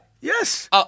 Yes